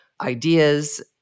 ideas